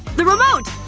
the remote!